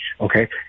okay